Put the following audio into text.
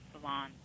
salon